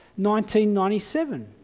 1997